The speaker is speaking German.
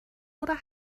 oder